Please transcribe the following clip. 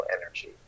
energy